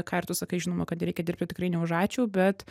ką ir tu sakai žinoma kad reikia dirbti tikrai ne už ačiū bet